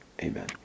Amen